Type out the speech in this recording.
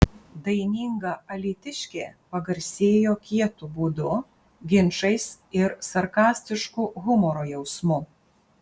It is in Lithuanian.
daininga alytiškė pagarsėjo kietu būdu ginčais ir sarkastišku humoro jausmu